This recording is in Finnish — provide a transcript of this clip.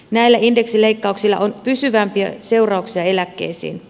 näillä indeksileikkauksilla on pysyvämpiä seurauksia eläkkeisiin